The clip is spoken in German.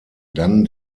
dann